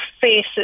faces